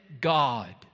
God